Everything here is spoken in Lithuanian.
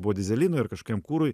buvo dyzelinui ar kažkokiam kurui